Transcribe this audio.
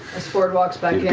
as fjord walks back